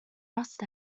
rust